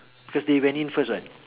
cause they went in first [what]